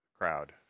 crowd